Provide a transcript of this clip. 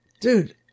Dude